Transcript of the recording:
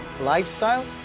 lifestyle